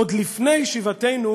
עוד לפני שיבתנו